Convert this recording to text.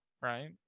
right